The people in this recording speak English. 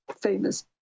famous